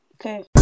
Okay